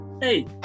Hey